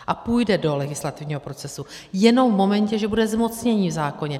A půjde do legislativního procesu jenom v momentě, že bude zmocnění v zákoně.